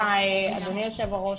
אדוני היושב ראש,